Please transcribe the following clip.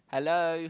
hello